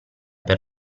per